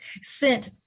sent